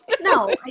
No